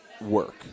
work